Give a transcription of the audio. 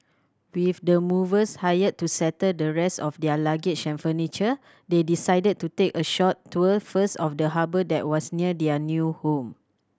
with the movers hired to settle the rest of their luggage and furniture they decided to take a short tour first of the harbour that was near their new home